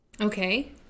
Okay